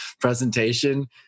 presentation